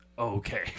Okay